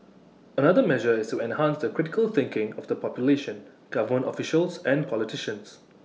another measure is to enhance the critical thinking of the population government officials and politicians